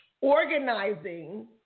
organizing